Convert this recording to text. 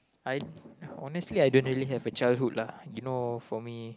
I honestly I didn't really have a childhood lah you know for me